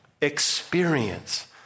experience